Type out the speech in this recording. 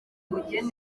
kwegereza